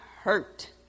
hurt